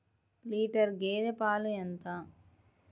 Litre గేదె పాలు ఎంత?